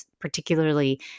particularly